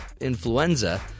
influenza